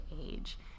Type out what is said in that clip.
age